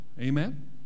Amen